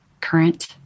current